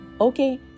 Okay